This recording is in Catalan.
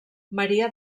maria